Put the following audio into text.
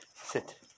sit